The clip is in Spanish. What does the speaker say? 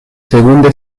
segunda